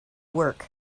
work